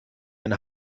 ein